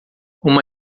uma